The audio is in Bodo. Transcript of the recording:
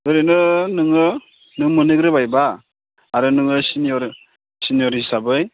ओरैनो नोङो नों मोनहैग्रोबायबा आरो नोङो सिनियर हिसाबै